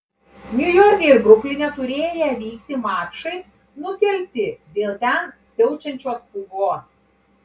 niujorke ir brukline turėję vykti mačai nukelti dėl ten siaučiančios pūgos